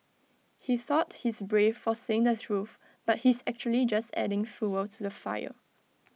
he thought he's brave for saying the truth but he's actually just adding fuel to the fire